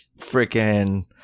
freaking